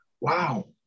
wow